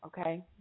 okay